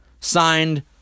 signed